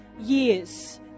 Years